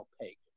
opaque